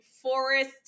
forest